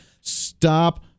Stop